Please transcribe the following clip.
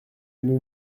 nous